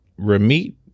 Ramit